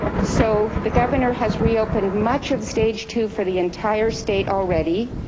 so the governor has reopened much of stage two for the entire state already.